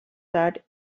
that